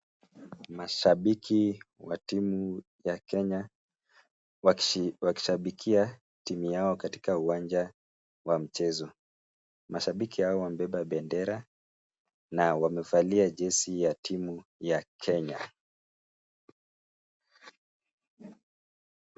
Mashabiki wa timu ya Kenya wakishabikia timu yao katika uwanja wa mchezo mashabiki hawa wamebeba bendera na wamevalia jezi ya timu ya Kenya